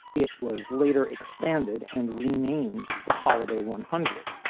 it was later expanded and renamed the holiday one hundred.